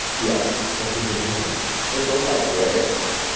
yes. what did they do there? they were both librarians.